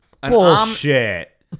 Bullshit